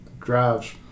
drives